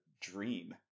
dream